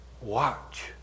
watch